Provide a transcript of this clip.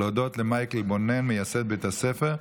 מודים למייקל בונן, מייסד בית הספר.